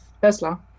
Tesla